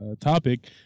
topic